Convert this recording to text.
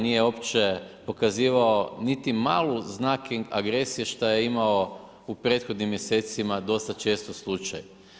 Nije uopće pokazivao niti mali znak agresije što je imao u prethodnim mjesecima dosta često slučaj.